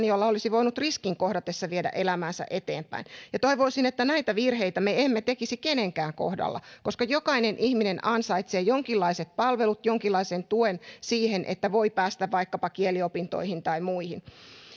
jolla olisi voinut riskin kohdatessa viedä elämäänsä eteenpäin toivoisin että näitä virheitä me emme tekisi kenenkään kohdalla koska jokainen ihminen ansaitsee jonkinlaiset palvelut jonkinlaisen tuen siihen että voi päästä vaikkapa kieliopintoihin tai muihin